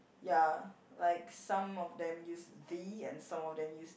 ya like some of them use the and some of them use